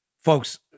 Folks